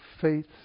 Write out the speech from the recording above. faith